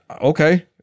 Okay